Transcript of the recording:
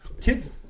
Kids